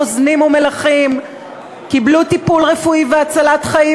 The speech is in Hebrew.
רוזנים ומלכים קיבלו טיפול רפואי והצלת חיים